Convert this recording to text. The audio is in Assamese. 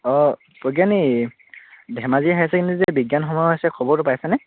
অঁ প্ৰজ্ঞানী ধেমাজি হায়াৰ ছেকেণ্ডেৰীত যে বিজ্ঞান সমাৰোহ হৈছে খবৰটো পাইছানে